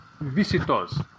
visitors